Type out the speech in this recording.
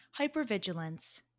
Hypervigilance